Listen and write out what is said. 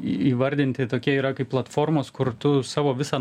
įvardinti tokie yra kaip platformos kur tu savo visą